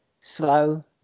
slow